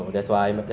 I would drop lah